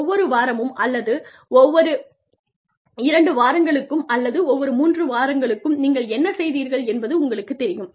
ஒவ்வொரு வாரமும் அல்லது ஒவ்வொரு இரண்டு வாரங்களுக்கும் அல்லது ஒவ்வொரு மூன்று வாரங்களுக்கும் நீங்கள் என்ன செய்தீர்கள் என்பது உங்களுக்குத் தெரியும்